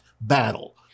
battle